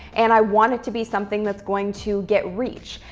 and i want it to be something that's going to get reach.